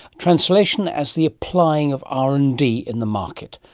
translation as the applying of r and d in the market.